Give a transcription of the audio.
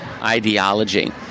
ideology